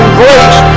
grace